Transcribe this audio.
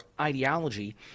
ideology